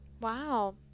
wow